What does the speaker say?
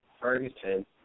Ferguson